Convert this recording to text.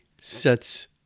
Sets